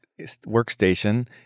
workstation